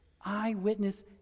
Eyewitness